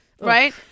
Right